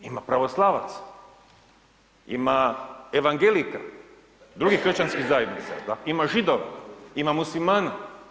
Ima pravoslavaca, ima evangelika, drugih kršćanskih zajednica, ima Židova, ima muslimana.